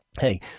Hey